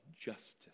justice